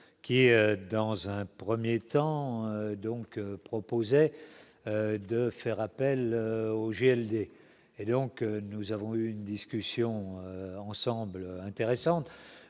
est dans un 1er temps donc proposait de faire appel au JLD et donc nous avons eu une discussion ensemble intéressante